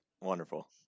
Wonderful